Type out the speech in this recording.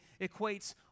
equates